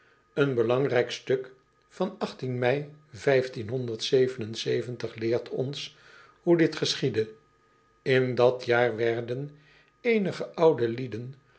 en belangrijk stuk van ei leert ons hoe dit geschiedde n dat jaar werden eenige oude lieden